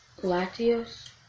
Latios